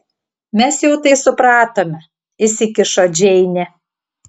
mes jau tai supratome įsikišo džeinė